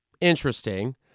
interesting